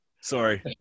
Sorry